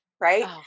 right